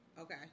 Okay